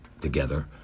together